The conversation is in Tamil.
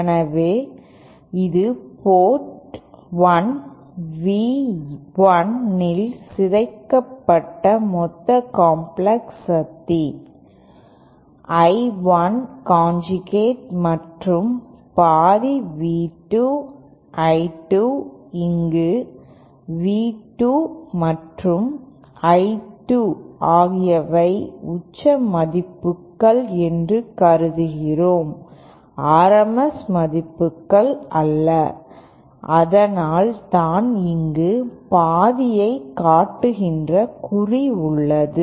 எனவே இது போர்ட் 1 V 1ல் சிதைக்கப்பட்ட மொத்த காம்ப்ளெக்ஸ் சக்தி I 1 கான்ஜுகேட் மற்றும் பாதி V 2 I 2 இங்கு V 2 மற்றும் I 2 ஆகியவை உச்ச மதிப்புகள் என்று கருதுகிறோம் RMS மதிப்புகள் அல்ல அதனால் தான் இங்கு பாதியை காட்டுகின்ற குறி உள்ளது